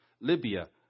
Libya